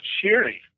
cheering